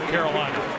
Carolina